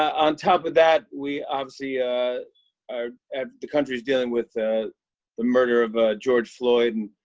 on top of that, we obviously ah are the country is dealing with the the murder of ah george floyd